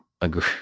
agree